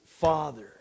father